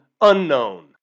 unknown